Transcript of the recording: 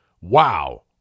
wow